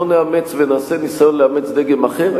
בוא נאמץ ונעשה ניסיון לאמץ דגם אחר: